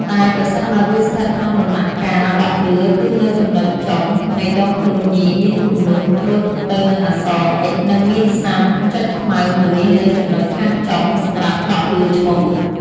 តែប្រសិនបើវាស្ថិតក្នុងដំណាក់កាលដក់ដឿគឺនៅចំណុចចុង នៃដងខ្លួនញីមានគំនូសដូចទៅនឹងអក្សរ «អ៊ិច» និងមានស្នាមចុចខ្មៅមួយនៅចំណុចខាងចុង សម្រាប់ដក់ដឿឈ្មោល។